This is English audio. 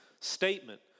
statement